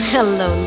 Hello